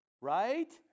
Right